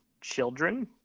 children